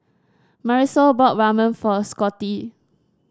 Marisol bought Ramen for Scottie